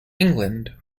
england